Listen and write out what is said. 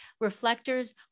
Reflectors